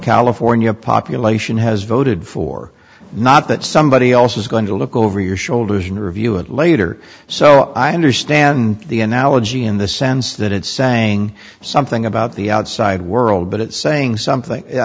california population has voted for not that somebody else is going to look over your shoulders and review it later so i understand the analogy in the sense that it's saying something about the outside world but it's saying something i